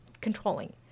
controlling